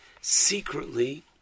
secretly